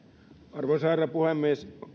arvoisa herra puhemies